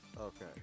Okay